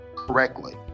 Correctly